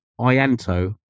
Ianto